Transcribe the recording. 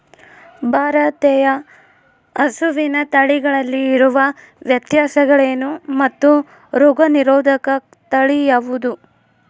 ಭಾರತೇಯ ಹಸುವಿನ ತಳಿಗಳಲ್ಲಿ ಇರುವ ವ್ಯತ್ಯಾಸಗಳೇನು ಮತ್ತು ರೋಗನಿರೋಧಕ ತಳಿ ಯಾವುದು?